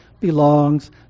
belongs